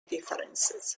differences